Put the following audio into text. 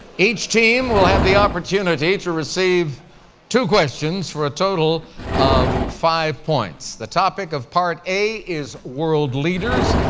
each team will have the opportunity to receive two questions for a total of five points. the topic of part a is world leaders.